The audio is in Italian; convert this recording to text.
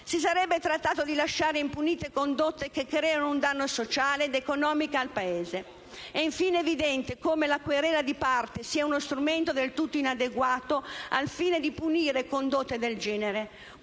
Si sarebbe trattato di lasciare impunite condotte che creano un danno sociale ed economico al Paese. È infine evidente come la querela di parte sia uno strumento del tutto inadeguato al fine di punire condotte del genere,